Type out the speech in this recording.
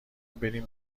برین